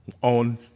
on